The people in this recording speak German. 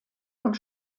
und